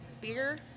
beer